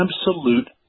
absolute